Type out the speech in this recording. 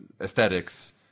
aesthetics